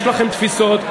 יש לכם תפיסות,